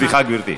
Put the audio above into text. סליחה, גברתי.